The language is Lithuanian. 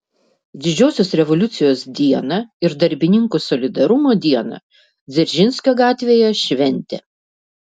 didžiosios revoliucijos dieną ir darbininkų solidarumo dieną dzeržinskio gatvėje šventė